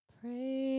Pray